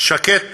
שקט פה.